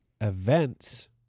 events